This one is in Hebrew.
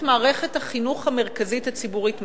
מערכת החינוך המרכזית הציבורית מתוכן,